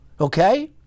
Okay